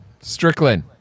Strickland